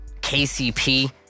KCP